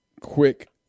quick